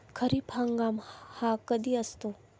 खरीप हंगाम हा कधी असतो?